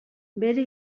bere